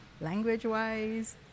Language-wise